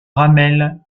ramel